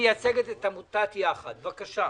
מייצגת את עמותת יחד, בבקשה.